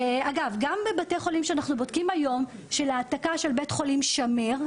אנחנו בודקים היום העתקה של בית החולים שמיר,